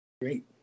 Great